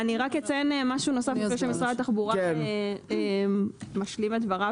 רק אציין דבר נוסף לפני שמשרד התחבורה משלים את דבריו